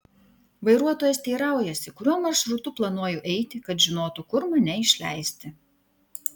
vairuotojas teiraujasi kuriuo maršrutu planuoju eiti kad žinotų kur mane išleisti